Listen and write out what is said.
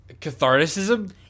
Catharticism